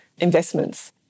investments